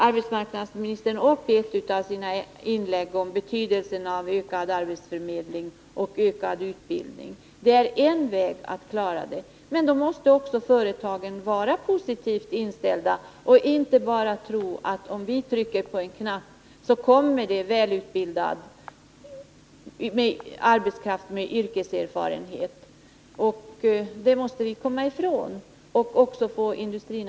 Arbetsmarknadsministern talade i ett av sina inlägg om betydelsen av ökad arbetsförmedling och ökad utbildning. Det är en väg att klara problemet, men då måste också företagen vara positivt inställda och inte bara tro att om man trycker på en knapp så kommer det välutbildad arbetskraft med yrkeserfarenhet. Den inställningen måste vi komma ifrån, och det måste också industrin.